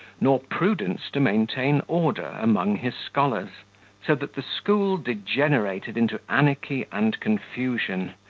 nor prudence to maintain order among his scholars so that the school degenerated into anarchy and confusion,